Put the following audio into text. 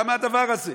למה הדבר הזה?